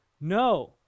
No